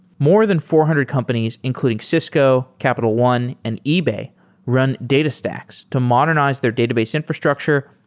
more than four hundred companies including cisco, capital one, and ebay run datastax to modernize their database infrastructure,